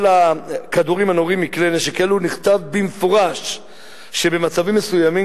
של הכדורים הנורים מכלי נשק אלו נכתב במפורש שבמצבים מסוימים,